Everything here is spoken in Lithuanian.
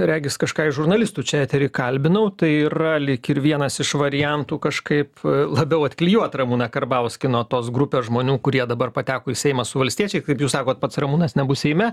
regis kažką iš žurnalistų čia etery kalbinau tai yra lyg ir vienas iš variantų kažkaip labiau atklijuot ramūną karbauskį nuo tos grupės žmonių kurie dabar pateko į seimą su valstiečiais kaip jūs sakot pats ramūnas nebus seime